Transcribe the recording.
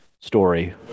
story